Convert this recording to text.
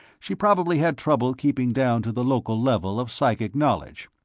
she probably had trouble keeping down to the local level of psychic knowledge.